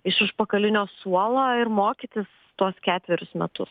iš užpakalinio suolo ir mokytis tuos ketverius metus